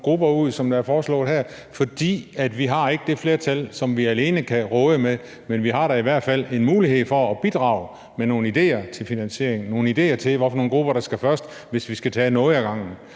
grupper ud, som der er foreslået her – for vi råder ikke over et flertal alene; men vi har da i hvert fald en mulighed for at bidrage med nogle idéer til finansiering og med nogle idéer til, hvad for nogle grupper der skal først, hvis vi skal tage nogle ad gangen.